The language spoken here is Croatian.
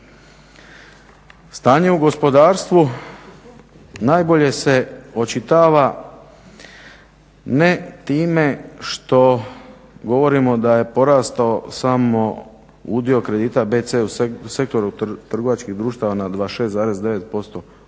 Stanje u gospodarstvu najbolje se očitava ne time što govorimo da je porastao samo udio kredita B, C u sektoru trgovačkih društava na 26,9% u